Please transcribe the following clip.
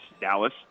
Dallas